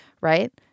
right